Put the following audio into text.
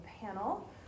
panel